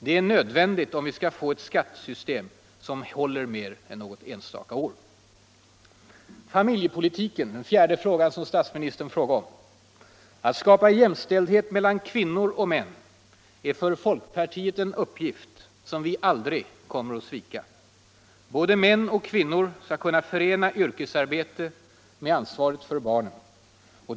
Det är nödvändigt om vi skall få ett skattesystem som håller mer än något enstaka år. Familjepolitiken: Att skapa jämställdhet mellan kvinnor och män är en uppgift som folkpartiet aldrig kommer att svika. Både män och kvinnor skall kunna förena yrkesarbete med ansvaret för barnen.